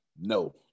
no